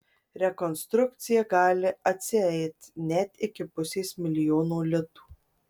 rekonstrukcija gali atsieit net iki pusės milijono litų